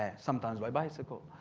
ah sometimes by bicycle.